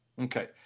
Okay